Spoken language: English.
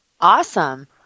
Awesome